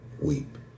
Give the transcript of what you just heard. Weep